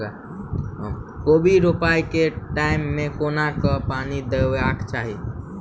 कोबी रोपय केँ टायम मे कोना कऽ पानि देबाक चही?